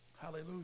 Hallelujah